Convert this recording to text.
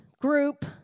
group